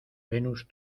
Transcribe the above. venus